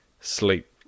sleep